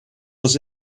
was